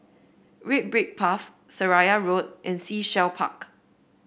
Red Brick Path Seraya Road and Sea Shell Park